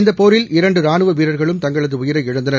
இந்தபோரில் இரண்டுரானுவவீரர்களும் தங்களதுஉயிரை இழந்தனர்